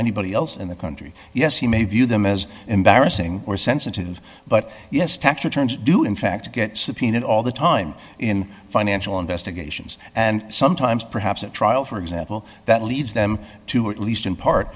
anybody else in the country yes he may view them as embarrassing or sensitive but yes tax returns do in fact get subpoenaed all the time in financial investigations and sometimes perhaps at trial for example that leads them to or at least in part